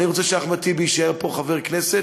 אני רוצה שאחמד טיבי יישאר פה חבר כנסת